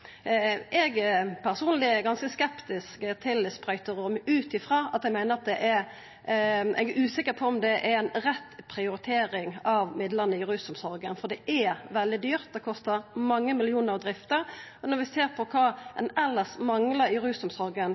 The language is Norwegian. eg ganske skeptisk til sprøyterom ut ifrå at eg er usikker på om det er ei rett prioritering av midlane i rusomsorga, for det er veldig dyrt, det kostar mange millionar å drifta, og når ein ser på kva ein elles manglar i rusomsorga,